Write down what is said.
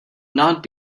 not